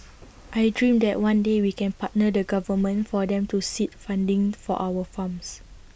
I dream that one day we can partner the government for them to seed funding for our farms